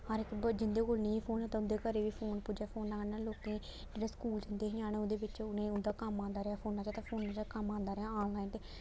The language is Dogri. हर इक जिं'दे कोल नेईं ऐ फोन ते उं'दे घरै बी फोन पुज्जा फोना कन्नै लोक जेह्ड़े स्कूल जन्दे हे ञ्याणें ओह्दे बिच उ'नें गी उन्दा कम्म ओंदा रेहा फोने च कम्म आंदा रेहा ऑनलाइन ते